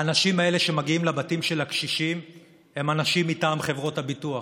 האנשים האלה שמגיעים לבתים של הקשישים הם אנשים מטעם חברות הביטוח,